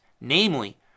namely